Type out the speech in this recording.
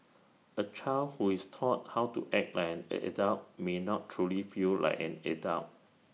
A child who is taught how to act like an A adult may not truly feel like an adult